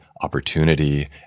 opportunity